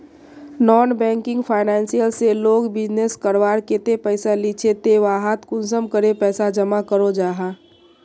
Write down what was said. Non banking financial से लोग business करवार केते पैसा लिझे ते वहात कुंसम करे पैसा जमा करो जाहा?